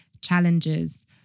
challenges